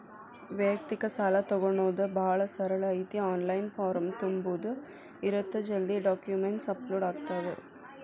ವ್ಯಯಕ್ತಿಕ ಸಾಲಾ ತೊಗೋಣೊದ ಭಾಳ ಸರಳ ಐತಿ ಆನ್ಲೈನ್ ಫಾರಂ ತುಂಬುದ ಇರತ್ತ ಜಲ್ದಿ ಡಾಕ್ಯುಮೆಂಟ್ಸ್ ಅಪ್ಲೋಡ್ ಆಗ್ತಾವ